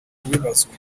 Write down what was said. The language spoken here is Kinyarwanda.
kubibazwa